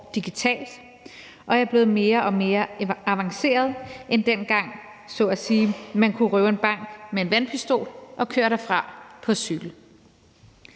digitalt og er blevet mere og mere avanceret, end dengang man så at sige kunne røve en bank med en vandpistol og køre derfra på cykel.